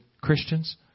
Christians